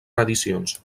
reedicions